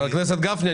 חבר הכנסת גפני,